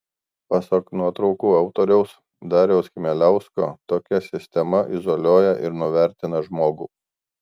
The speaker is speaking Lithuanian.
pasak nuotraukų autoriaus dariaus chmieliausko tokia sistema izoliuoja ir nuvertina žmogų